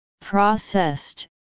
processed